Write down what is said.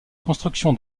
construction